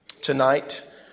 tonight